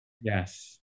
Yes